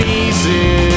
easy